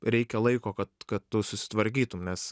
reikia laiko kad kad tu susitvarkytum nes